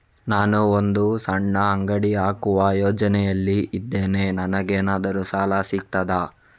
ನಾನು ಒಂದು ಸಣ್ಣ ಅಂಗಡಿ ಹಾಕುವ ಯೋಚನೆಯಲ್ಲಿ ಇದ್ದೇನೆ, ನನಗೇನಾದರೂ ಸಾಲ ಸಿಗ್ತದಾ?